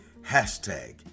hashtag